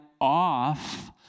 off